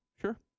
sure